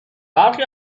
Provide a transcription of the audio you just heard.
برخی